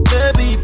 Baby